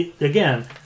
again